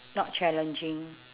not challenging